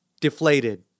deflated